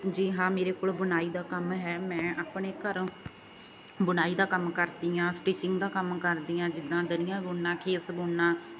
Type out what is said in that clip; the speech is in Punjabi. ਜੀ ਹਾਂ ਮੇਰੇ ਕੋਲ ਬੁਣਾਈ ਦਾ ਕੰਮ ਹੈ ਮੈਂ ਆਪਣੇ ਘਰੋਂ ਬੁਣਾਈ ਦਾ ਕੰਮ ਕਰਦੀ ਹਾਂ ਸਟਿਚਿੰਗ ਦਾ ਕੰਮ ਕਰਦੀ ਹਾਂ ਜਿੱਦਾਂ ਦਰੀਆਂ ਬੁਣਨਾ ਖੇਸ ਬੁਣਨਾ